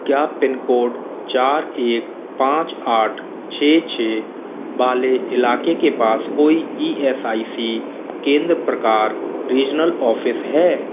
क्या pin code चार एक पाँच आठ छः छः वाले इलाके के पास कोई ई एस आई सी केंद्र प्रकार रीजनल ऑफ़िस है